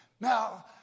Now